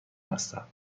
هستند